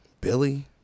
Billy